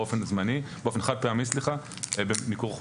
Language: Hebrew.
אלא באופן חד פעמי במיקור חוץ.